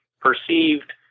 perceived